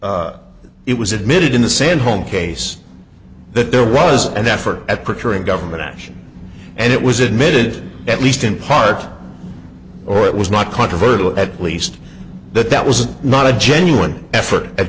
it was admitted in the san home case that there was an effort at portraying government action and it was admitted at least in part or it was not controversial at least that that was not a genuine effort at